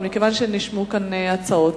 אבל מכיוון שנשמעו כאן הצעות,